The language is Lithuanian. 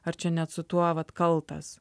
ar čia net su tuo vat kaltas